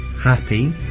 Happy